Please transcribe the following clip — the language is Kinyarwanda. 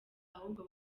ahubwo